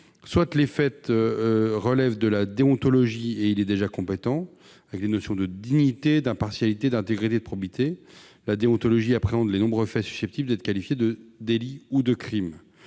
soit les faits relèvent de la déontologie, et il est déjà compétent- avec les notions de « dignité, impartialité, intégrité et probité », la déontologie appréhende de nombreux faits susceptibles d'être qualifiés de délits ou de crimes